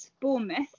Bournemouth